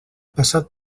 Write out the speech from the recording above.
passat